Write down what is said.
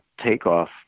takeoff